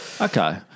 Okay